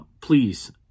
please